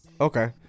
okay